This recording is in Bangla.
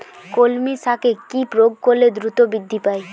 কলমি শাকে কি প্রয়োগ করলে দ্রুত বৃদ্ধি পায়?